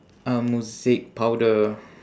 um mosaic powder